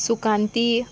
सुकांती